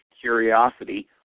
curiosity